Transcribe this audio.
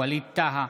ווליד טאהא,